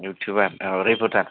YouTuber औ reporter